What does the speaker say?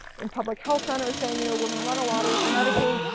in public health centers saying you know we're going to run a lottery for medicaid.